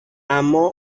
اما